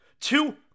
Two